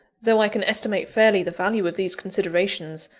though i can estimate fairly the value of these considerations,